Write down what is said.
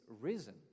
risen